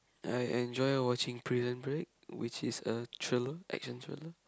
I enjoy watching Prison Break which is a thriller action thriller